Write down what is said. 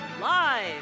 Live